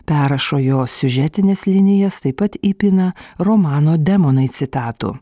perrašo jo siužetines linijas taip pat įpina romano demonai citatų